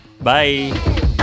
Bye